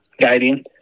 guiding